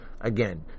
Again